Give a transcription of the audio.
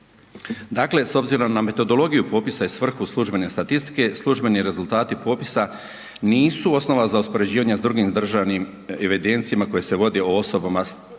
Dakle, s obzirom na metodologiju popisa i svrhu službene statistike, službeni rezultati popisa nisu osnova za uspoređivanje s drugim državnim evidencijama koje se vodi o osobama,